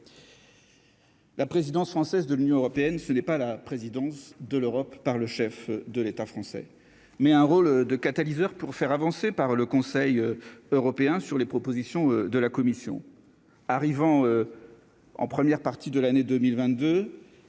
La présidence française de l'Union européenne, ce n'est pas la présidence de l'Europe par le chef de l'État français, mais un rôle de catalyseur pour faire avancer par le Conseil européen sur les propositions de la commission arrivant en première partie de l'année 2022.